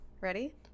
Ready